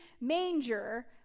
manger